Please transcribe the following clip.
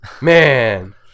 man